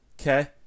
Okay